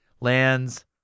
lands